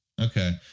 Okay